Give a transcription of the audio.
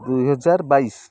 ଦୁଇହଜାର ବାଇଶି